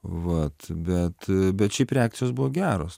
vat bet bet šiaip reakcijos buvo geros